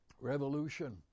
Revolution